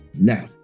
Now